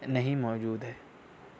نہیں موجود ہے